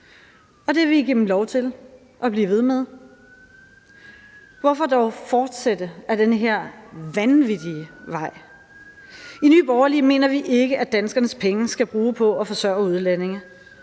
og det vil I give dem lov til at blive ved med. Hvorfor dog fortsætte ad den her vanvittige vej? I Nye Borgerlige mener vi ikke, at danskernes penge skal bruges på at forsørge udlændinge,